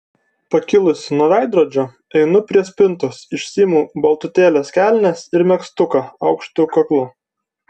pakilusi nuo veidrodžio einu prie spintos išsiimu baltutėles kelnes ir megztuką aukštu kaklu